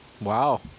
Wow